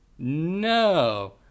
No